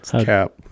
cap